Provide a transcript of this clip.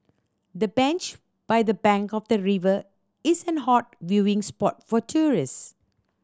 the bench by the bank of the river is an hot viewing spot for tourist